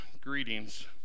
greetings